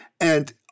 And-